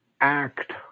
act